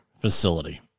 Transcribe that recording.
facility